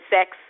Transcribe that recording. sex